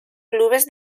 clubes